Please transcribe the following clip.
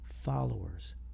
followers